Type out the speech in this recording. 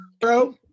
bro